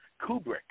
Kubrick